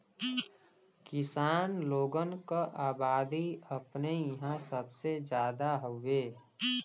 किसान लोगन क अबादी अपने इंहा सबसे जादा हउवे